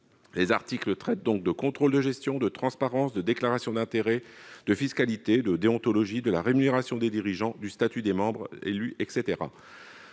Les articles traitent donc de contrôle de gestion, de transparence, de déclaration d'intérêts, de fiscalité, de déontologie, de la rémunération des dirigeants, de statut des membres élus, etc.